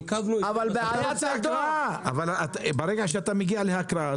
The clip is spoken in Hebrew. אבל ברגע שאתה מגיע להקראה,